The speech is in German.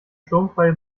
sturmfreie